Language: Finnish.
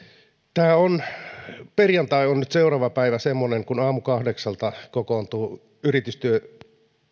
perjantai on nyt seuraava semmoinen päivä kun aamukahdeksalta kokoontuu yritystukityöryhmä